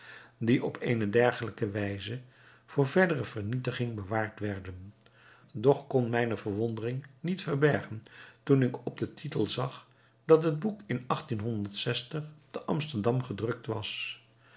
die op eene dergelijke wijze voor verdere vernietiging bewaard werden doch kon mijne verwondering niet verbergen toen ik op den titel zag dat het boek in te amsterdam gedrukt was